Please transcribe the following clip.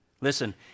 Listen